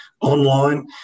online